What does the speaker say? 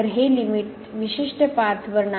तर हे लिमिट विशिष्ट पाथ वर नाही